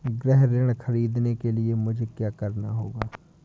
गृह ऋण ख़रीदने के लिए मुझे क्या करना होगा?